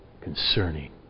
concerning